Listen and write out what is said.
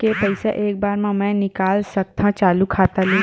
के पईसा एक बार मा मैं निकाल सकथव चालू खाता ले?